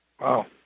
Wow